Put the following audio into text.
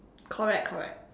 correct correct